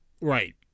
right